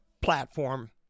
platform